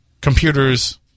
computers